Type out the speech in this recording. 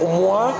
moi